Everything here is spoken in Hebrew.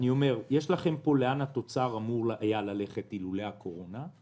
יש לכם פה לאן התוצר אמור ללכת אילולא הקורונה,